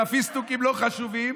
הפיסטוקים לא חשובים,